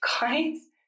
guys